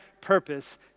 purpose